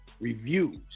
reviews